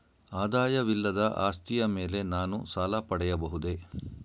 ಆದಾಯವಿಲ್ಲದ ಆಸ್ತಿಯ ಮೇಲೆ ನಾನು ಸಾಲ ಪಡೆಯಬಹುದೇ?